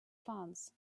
plants